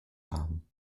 haben